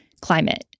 climate